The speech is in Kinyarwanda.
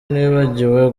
nibagiwe